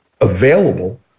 available